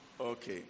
Okay